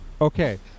Okay